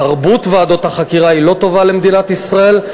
תרבות ועדות החקירה היא לא טובה למדינת ישראל,